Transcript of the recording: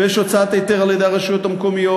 ויש הוצאת היתר על-ידי הרשויות המקומיות.